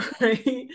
right